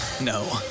No